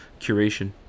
curation